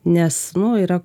nes nu yra